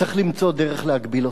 צריך למצוא דרך להגביל אותם.